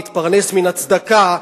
ויתפרנס מן הצדקה,